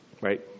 Right